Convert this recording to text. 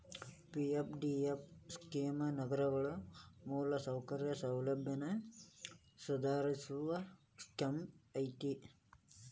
PFDF scheme ನಗರಗಳ ಮೂಲಸೌಕರ್ಯ ಸೌಲಭ್ಯನ ಸುಧಾರಸೋ ಸ್ಕೇಮ್ ಐತಿ